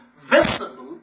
visible